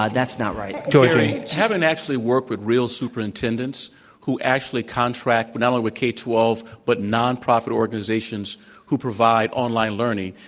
ah that's not right. gary having actually worked with real superintendents who actually contract, but not only with k twelve, but non-profit organizations who provide online learning,